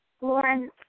Lauren